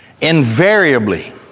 invariably